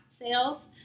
sales